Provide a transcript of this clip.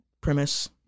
premise